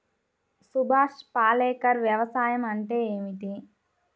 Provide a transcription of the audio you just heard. సుభాష్ పాలేకర్ వ్యవసాయం అంటే ఏమిటీ?